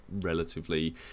relatively